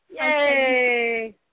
Yay